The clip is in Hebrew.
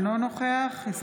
אינו נוכח חיים כץ,